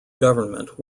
government